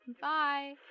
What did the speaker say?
Bye